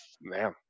man